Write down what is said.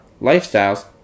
lifestyles